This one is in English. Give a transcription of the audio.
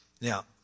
Now